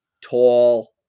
tall